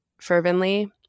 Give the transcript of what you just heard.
fervently